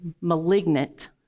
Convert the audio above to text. malignant